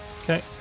Okay